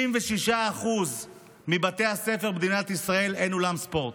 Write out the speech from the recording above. ב-66% מבתי הספר במדינת ישראל אין אולם ספורט,